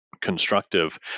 constructive